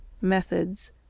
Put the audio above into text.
Methods